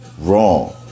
Wrong